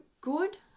good